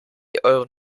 euren